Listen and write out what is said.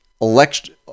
election